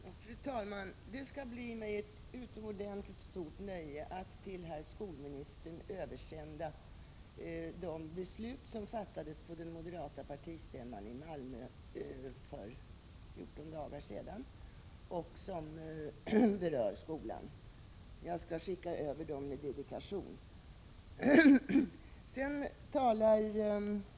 Fru talman! Det skall bli mig ett utomordentligt stort nöje att till herr skolministern översända de beslut som fattades på den moderata partistämman i Malmö för 14 dagar sedan och som berör skolan. Jag skall skicka över dem med dedikation.